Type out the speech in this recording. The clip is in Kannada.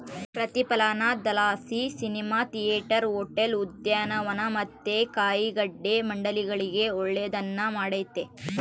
ಪ್ರತಿಫಲನದಲಾಸಿ ಸಿನಿಮಾ ಥಿಯೇಟರ್, ಹೋಟೆಲ್, ಉದ್ಯಾನವನ ಮತ್ತೆ ಕಾಯಿಗಡ್ಡೆ ಮಂಡಿಗಳಿಗೆ ಒಳ್ಳೆದ್ನ ಮಾಡೆತೆ